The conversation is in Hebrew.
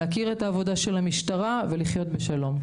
להכיר את עבודת המשטרה ולחיות בשלום.